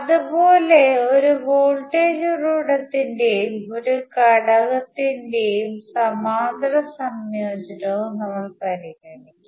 അതുപോലെ ഒരു വോൾട്ടേജ് ഉറവിടത്തിന്റെയും ഒരു ഘടകത്തിന്റെയും സമാന്തര സംയോജനവും നമ്മൾ പരിഗണിക്കും